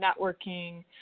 networking